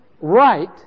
right